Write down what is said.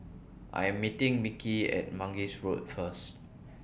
I Am meeting Mickie At Mangis Road First